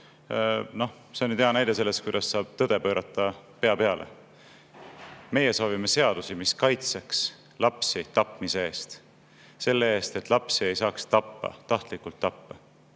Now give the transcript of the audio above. Noh, see on nüüd hea näide sellest, kuidas saab tõde pea peale pöörata. Meie soovime seadusi, mis kaitseks lapsi tapmise eest. Selle eest, et lapsi ei saaks tappa, tahtlikult tappa.